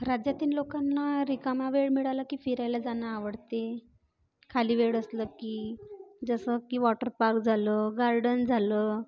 राज्यातील लोकांना रिकामा वेळ मिळाला की फिरायला जाणं आवडते खाली वेळ असलं की जसं की वॉटर पार्क झालं गार्डन झालं